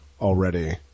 already